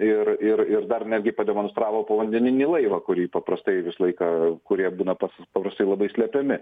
ir ir ir dar netgi pademonstravo povandeninį laivą kurį paprastai vis laiką kurie būna pas paprastai labai slepiami